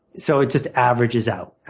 so it just averages out.